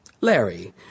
Larry